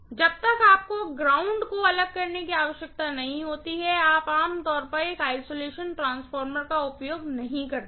जब तक आपको ग्राउंड को अलग करने की आवश्यकता नहीं होती है आप आमतौर पर एक आइसोलेशन ट्रांसफार्मर का उपयोग नहीं करते हैं